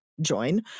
join